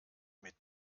mit